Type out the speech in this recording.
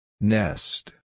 Nest